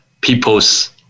people's